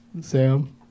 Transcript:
Sam